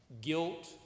Guilt